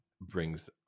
Brings